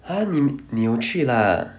!huh! 你你有去 lah